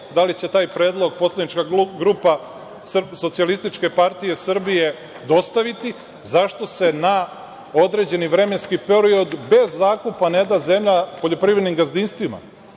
Da li će taj predlog poslanička grupa SPS dostaviti? Zašto se na određeni vremenski period bez zakupa ne da zemlja poljoprivrednim gazdinstvima?